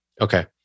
Okay